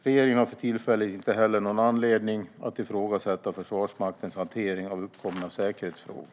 Regeringen har för tillfället inte heller någon anledning att ifrågasätta Försvarsmaktens hantering av uppkomna säkerhetsfrågor.